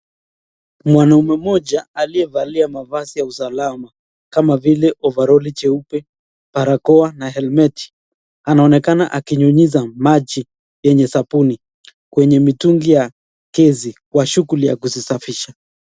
Mwanaume mmoja aliye valia mavasi ya usalama kama vile ovaroli cheupe, barakoa na helimeti, anaonekana akinyunyiza maji yenye sabuni kwenye mitungi ya gesi kwa shughuli ya kuzisafisha.